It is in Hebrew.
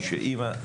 מי שאימא,